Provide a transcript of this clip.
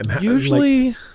usually